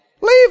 Leave